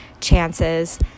chances